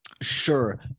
sure